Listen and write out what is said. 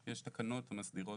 יש תקנות המסדירות